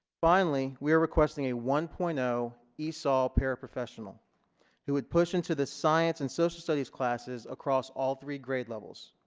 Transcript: finally we are requesting a one point zero esol paraprofessional who would push into the science and social studies classes across all three grade levels